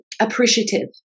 appreciative